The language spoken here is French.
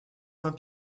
saint